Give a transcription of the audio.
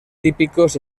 típicos